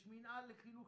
יש מינהל לחינוך